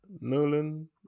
Nolan